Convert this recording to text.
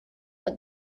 but